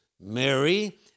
Mary